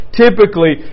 typically